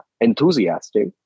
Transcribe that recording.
enthusiastic